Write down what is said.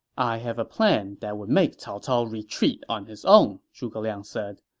i have a plan that would make cao cao retreat on his own, zhuge liang said.